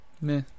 meh